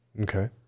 Okay